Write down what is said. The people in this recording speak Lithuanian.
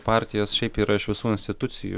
partijos šiaip yra iš visų institucijų